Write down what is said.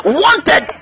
wanted